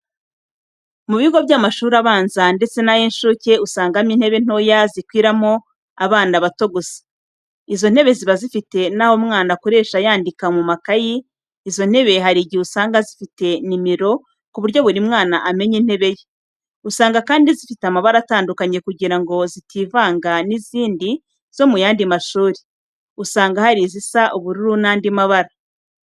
Mu bigo by'amashuri abanza ndetse nay' incuke usangamo intebe ntoya zikwiramo abana bato gusa. Izo ntebe ziba zifite naho umwana akoresha yandika mu makayi, izo ntebe hari igihe usanga zifite numero kuburyo buri mwana amenya intebe ye. Usanga kandi zifite amabara atandukanye kugira ngo zitivanga nizindi zo muyandi mashuri. Usanga hari izisa ubururu nandi mabara.